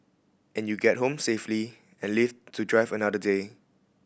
and you get home safely and live to drive another day